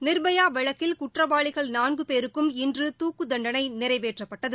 நிர்பயாவழக்கில் குற்றவாளிகள் பேருக்கும் நான்கு இன்று தூக்குத் தண்டனை நிறைவேற்றப்பட்டது